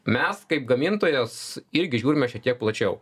mes kaip gamintojas irgi žiūrime šiek tiek plačiau